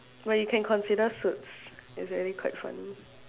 but you can consider suits it's really quite funny